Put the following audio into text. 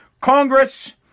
Congress